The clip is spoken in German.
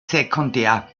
sekundär